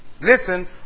Listen